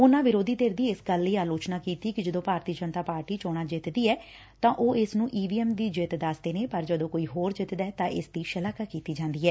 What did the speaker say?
ਉਨਾਂ ਵਿਰੋਧੀ ਧਿਰ ਦੀ ਇਸ ਗੱਲ ਲਈ ਆਲੋਚਨਾ ਕੀਤੀ ਕਿ ਜਦੋਂ ਭਾਰਤੀ ਜਨਤਾ ਪਾਰਟੀ ਚੋਣਾਂ ਜਿਤਦੀ ਐ ਤਾਂ ਉਹ ਇਸ ਨੂੰ ਈ ਵੀ ਐਮ ਦੀ ਜਿੱਤ ਦਸਦੇ ਨੇ ਪਰ ਜਦੋਂ ਕੋਈ ਹੋਰ ਜਿਤਦੈ ਤਾਂ ਇਸ ਦੀ ਸ਼ਲਾਘਾ ਕੀਤੀ ਜਾਂਦੀ ਐ